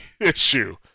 issue